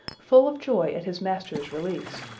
full of joy at his master's release.